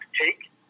take